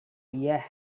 yeah